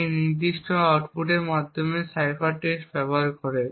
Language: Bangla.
এবং এই নির্দিষ্ট আউটপুটের মাধ্যমে সাইফার টেক্সট ব্যবহার করে